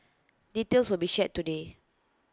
details will be shared today